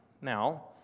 Now